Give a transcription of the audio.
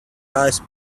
eyes